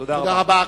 תודה רבה.